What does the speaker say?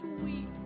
sweet